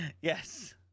yes